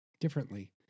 Differently